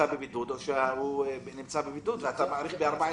בבידוד או שהוא נמצא בבידוד ואתה מאריך ב-14 יום.